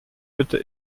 bitte